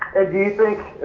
do you think,